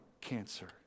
cancer